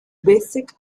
basic